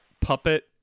puppet